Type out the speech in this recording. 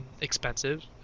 expensive